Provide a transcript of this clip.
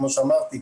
כמו שאמרתי,